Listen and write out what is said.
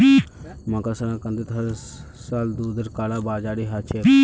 मकर संक्रांतित हर साल दूधेर कालाबाजारी ह छेक